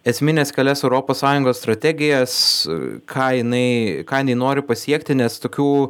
esmines kelias europos sąjungos strategijas ką jinai ką jinai nori pasiekti nes tokių